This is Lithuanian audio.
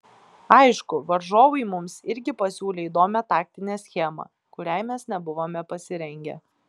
aišku varžovai mums irgi pasiūlė įdomią taktinę schemą kuriai mes nebuvome pasirengę